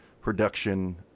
production